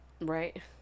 Right